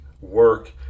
work